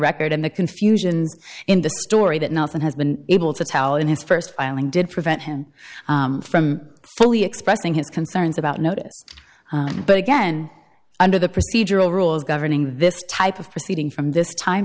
record and the confusions in the story that nothing has been able to tell in his st filing did for event him from fully expressing his concerns about notice but again under the procedural rules governing this type of proceeding from this time